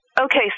okay